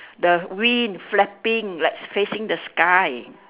the wing flapping like facing the sky